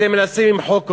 אתם מנסים למחוק אותו.